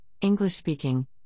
English-speaking